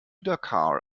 dakar